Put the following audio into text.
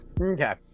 okay